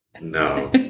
no